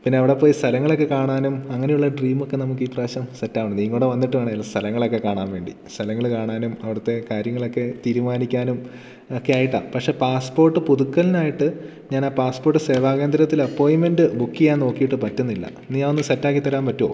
പിന്നെ അവിടെ പോയി സ്ഥലങ്ങളൊക്കെ കാണാനും അങ്ങനെയുള്ള ഡ്രീം ഒക്കെ നമുക്ക് ഇപ്രാവശ്യം സെറ്റ് ആവണം നീയും കൂടെ വന്നിട്ട് വേണം സ്ഥലങ്ങളൊക്കെ കാണാൻ വേണ്ടി സ്ഥലങ്ങൾ കാണാനും അവിടുത്തെ കാര്യങ്ങളൊക്കെ തീരുമാനിക്കാനും ഒക്കെയായിട്ടാണ് പക്ഷേ പാസ്പോർട്ട് പുതുക്കലിനായിട്ട് ഞാൻ ആ പാസ്പോർട്ട് സേവാകന്ദ്രത്തിൽ അപ്പോയിൻറ്മെൻ്റ് ബുക്ക് ചെയ്യാൻ നോക്കിയിട്ട് പറ്റുന്നില്ല നീ അതൊന്ന് സെറ്റ് ആക്കിത്തരാൻ പറ്റുമോ